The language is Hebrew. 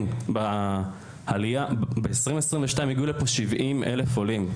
הוא שב-2022 הגיעו לפה 70,000 עולים.